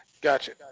Gotcha